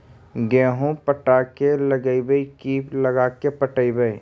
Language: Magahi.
गेहूं पटा के लगइबै की लगा के पटइबै?